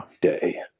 day